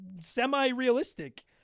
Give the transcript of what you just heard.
semi-realistic